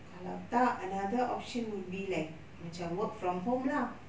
kalau tak another option would be like macam work from home lah